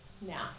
Now